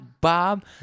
Bob